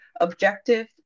objective